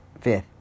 fifth